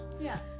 Yes